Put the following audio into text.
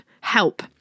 help